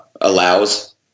allows